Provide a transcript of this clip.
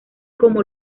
como